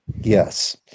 Yes